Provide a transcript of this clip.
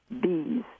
Bees